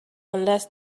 unless